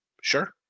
Sure